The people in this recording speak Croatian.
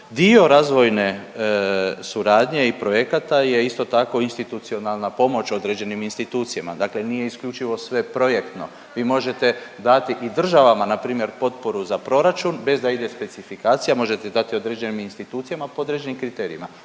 Dio razvojne suradnje i projekata je isto tako institucionalna pomoć određenim institucijama. Dakle, nije isključivo sve projektno. Vi možete dati i državama na primjer potporu za proračun bez da ide specifikacija, možete dati određenim institucijama po određenim kriterijima,